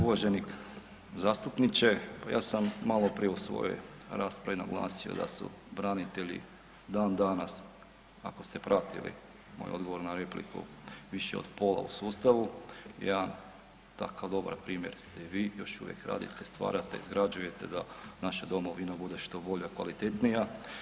Uvaženi zastupniče pa ja sam maloprije u svojoj raspravi naglasio da su branitelji dan danas, ako ste pratili odgovor na repliku, više od pola u sustavu, jedan takav dobar primjer ste vi, još uvijek radite i stvarate, izgrađujete da naša domovina bude što bolja, kvalitetnija.